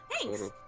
Thanks